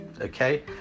okay